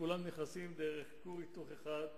כולם נכנסים דרך כור היתוך אחד,